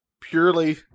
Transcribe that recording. purely